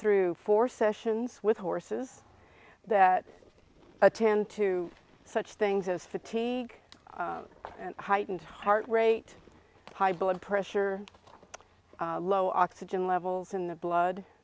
through four sessions with horses that attend to such things as fatigue and heightened heart rate high blood pressure low oxygen levels in the blood